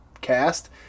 cast